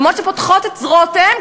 במות שפותחות את זרועותיהן,